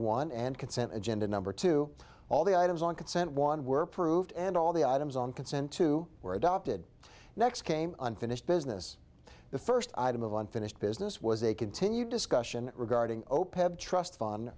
one and consent agenda number two all the items on consent one were proved and all the items on consent to were adopted next came unfinished business the first item of unfinished business was a continued discussion regarding opeth of trust fun